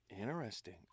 Interesting